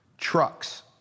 Trucks